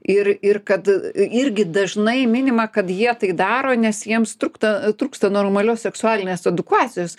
ir ir kad i irgi dažnai minima kad jie tai daro nes jiems trūkta trūksta normalios seksualinės edukacijos